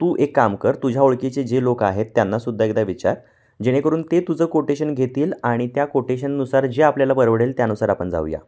तू एक काम कर तुझ्या ओळखीचे जे लोक आहेत त्यांनासुद्धा एकदा विचार जेणेकरून ते तुझं कोटेशन घेतील आणि त्या कोटेशननुसार जे आपल्याला परवडेल त्यानुसार आपण जाऊया